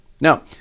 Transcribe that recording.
Now